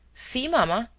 see, mamma,